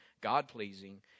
God-pleasing